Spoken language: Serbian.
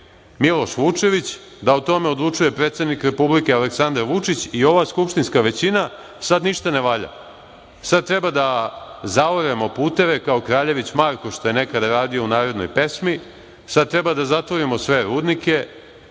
Miloš Vučević, da o tome odlučuje predsednik Republike Aleksandar Vučić i ova skupštinska većina, sad ništa ne valja. Sad treba da zaoremo puteve kao Kraljević Marko što je nekad radio u narodnoj pesmi, sad treba da zatvorimo sve rudnike,